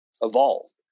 evolved